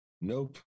Nope